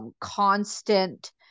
constant